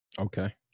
Okay